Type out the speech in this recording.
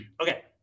Okay